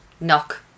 knock